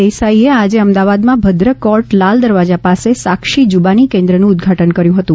દેસાઇએ આજે અમદાવાદમાં ભદ્ર કોર્ટ લાલ દરવાજા પાસે સાક્ષી જૂબાની કેન્દ્રનું ઉદ્દધાટન કર્યું હતું